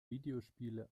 videospiele